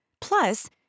Plus